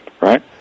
Right